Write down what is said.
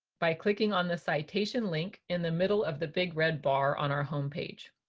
by clicking on the citation link in the middle of the big red bar on our homepage.